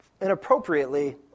inappropriately